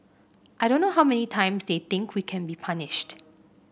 I don't know how many times they think we can be punished